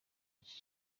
iki